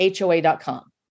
HOA.com